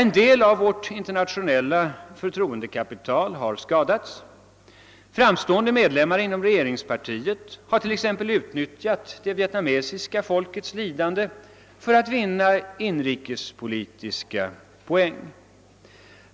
En del av vårt internationella förtroendekapital har redan skadats. Framstående medlemmar inom regeringspartiet har t.ex. utnyttjat det vietnamesiska folkets lidande för att vinna inrikespolitiska poäng.